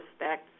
respect